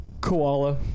koala